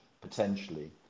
potentially